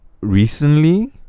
recently